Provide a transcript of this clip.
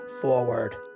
forward